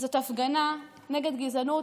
זאת הפגנה נגד גזענות.